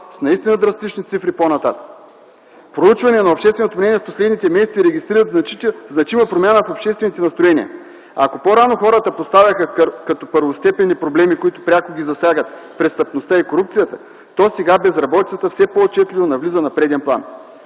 с наистина драстични цифри по-нататък. Проучванията на общественото мнение в последните месеци регистрират значима промяна в обществените настроения. Ако по-рано хората поставяха като първостепенни проблеми, които пряко ги засягат, престъпността и корупцията, то сега безработицата все по-отчетливо излиза на преден план.